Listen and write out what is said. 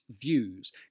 views